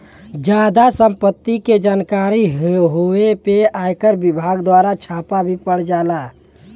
जादा सम्पत्ति के जानकारी होए पे आयकर विभाग दवारा छापा भी पड़ जाला